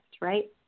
right